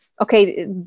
okay